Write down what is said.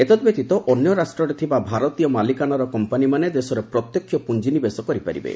ଏହା ବ୍ୟତୀତ ଅନ୍ୟ ରାଷ୍ଟ୍ରରେ ଥିବା ଭାରତୀୟ ମାଲିକାନାର କମ୍ପାନିମାନେ ଦେଶରେ ପ୍ରତ୍ୟକ୍ଷ ପୁଞ୍ଜି ନିବେଶ କରିପାରିବେ